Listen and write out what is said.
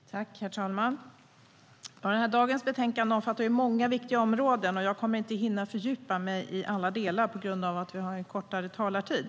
STYLEREF Kantrubrik \* MERGEFORMAT Integration och jämställdhetHerr talman! Dagens betänkande omfattar många viktiga områden, men jag kommer inte att hitta fördjupa mig i alla delar på grund av att vi har en kortare talartid.